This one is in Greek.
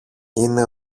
είναι